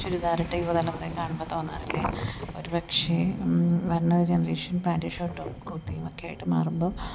ചുരിദാറിട്ട യുവതലമുറയെ കാണുമ്പോൾ തോന്നാറില്ലേ ഒരു പക്ഷേ വരണ ഒരു ജെനറേഷൻ പാൻ്റ് ഷർട്ടും കുർത്തിയുമൊക്കെയിട്ട് മാറുമ്പം